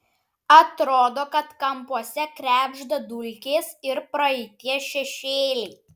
atrodo kad kampuose krebžda dulkės ir praeities šešėliai